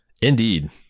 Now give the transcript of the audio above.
Indeed